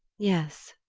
yes.